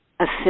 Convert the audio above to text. assist